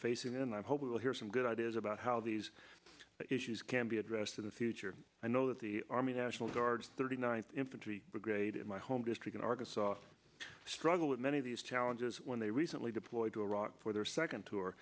facing and i hope we'll hear some good ideas about how these issues can be addressed in the future i know that the army national guard thirty ninth infantry brigade in my home district in arkansas struggled with many of these challenges when they recently deployed to iraq for their second tour